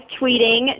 tweeting